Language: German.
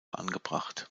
angebracht